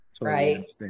Right